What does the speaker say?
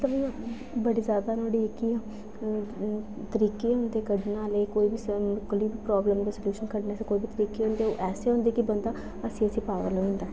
मतलब इ'यां बड़ी जैदा नुआढ़ी जेह्की अ अ तरीके होंदे कढाने आह्ले कोई बी संग कोई बी प्राव्लम दे सलूशन कड्डने आस्तै कोई बी तरीके होंदे ऐसे होंदे कि बंदा हस्सी हस्सी पागल होई अंदा